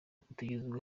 utegerezwa